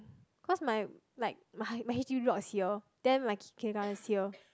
cause my like my my H_D_B block is here then my kindergarten is here